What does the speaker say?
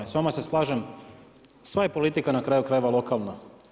I s vama se slažem, sva je politika na kraju krajeva lokalna.